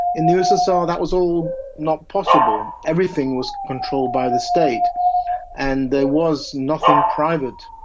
in the ussr that was all not possible. everything was controlled by the state and there was nothing private.